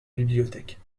bibliothèque